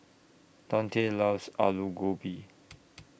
Donte loves Alu Gobi